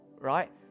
right